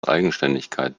eigenständigkeit